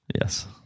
Yes